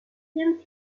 seemed